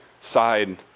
side